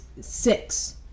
six